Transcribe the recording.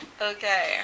Okay